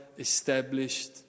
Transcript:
Established